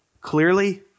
clearly